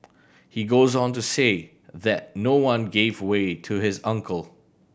he goes on to say that no one gave way to his uncle